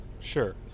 sure